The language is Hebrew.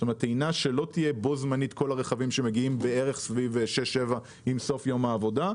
כלומר שלא תהיה בו זמנית לכל הרכבים שמגיעים בסוף יום העבודה,